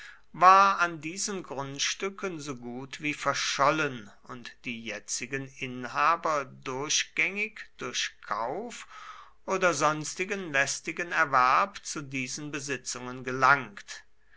war an diesen grundstücken so gut wie verschollen und die jetzigen inhaber durchgängig durch kauf oder sonstigen lästigen erwerb zu diesen besitzungen gelangt